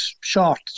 short